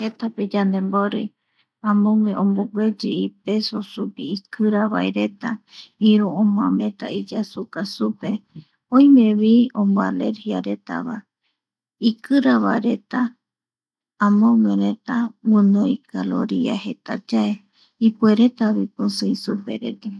Jetape yandembori amogue ombogueyi ipeso sugui ikiravareta iru omoameta iyasuka supe oimevi omo alergiaretava. Ikiravareta amoguereta guinoi caloria jetayae ipueretavi pisii supereta.